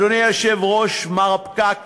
אדוני היושב-ראש, מר פקק